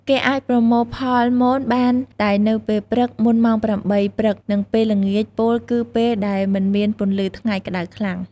គេអាចប្រមូលផលមនបានតែនៅពេលព្រឹក មុនម៉ោង៨ព្រឹក និងពេលល្ងាច ពោលគឺពេលដែលមិនមានពន្លឺថ្ងៃក្ដៅខ្លាំង។